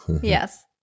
Yes